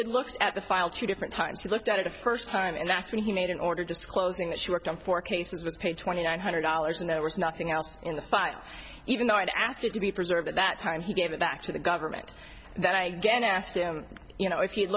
had looked at the file two different times looked at it a first time and that's when he made an order disclosing that she worked on four cases was paid twenty nine hundred dollars and there was nothing else in the file even though i had asked it to be preserved at that time he gave it back to the government that i get asked him you know if you